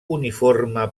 uniforme